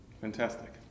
Fantastic